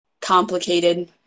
complicated